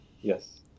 Yes